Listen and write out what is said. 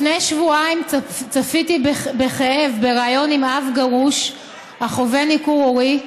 לפני שבועיים צפיתי בכאב בריאיון עם אב גרוש החווה ניכור הורי,